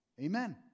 Amen